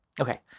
okay